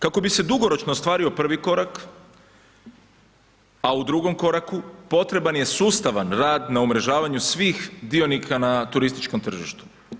Kako bi se dugoročno ostvario 1. korak, a u 2. koraku potreban je sustavan rad na umrežavanju svih dionika na turističkom tržištu.